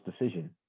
decision